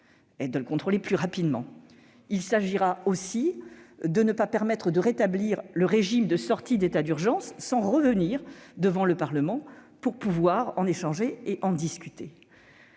le confinement. Il s'agit encore de ne pas permettre de rétablir le régime de sortie d'état d'urgence sans revenir devant le Parlement pour pouvoir échanger et discuter.